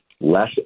less